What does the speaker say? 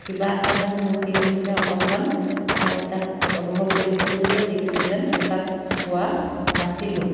কিবা এটা যেন মোৰ কি হৈছিলে অকণমান মই তাত অনুভৱ কৰিছিলোঁ যে সেইখিনি যেন তাত পোৱা নাছিলোঁ